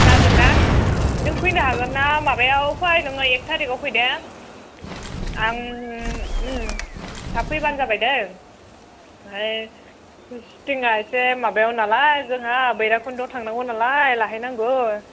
जागोन ना नों फैनो हागोन ना माबायाव फै नोङो एक थारिखआव फै दे आं थाब फैबानो जाबाय दै है ट्रेना एसे माबायाव नालाय जोंहा भैर'बखुन्द'आव थांनांगौ नालाय लाहैनांगौ